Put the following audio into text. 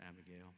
Abigail